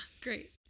Great